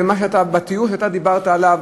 ובתיאור שדיברת עליו,